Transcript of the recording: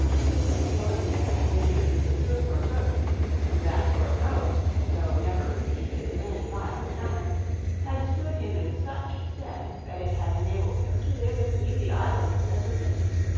his first going there had been attributed to a sore throat and that sore throat, though never repeated in any violent manner had stood him in such stead, that it had enabled him to live in easy idleness ever since.